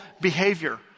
behavior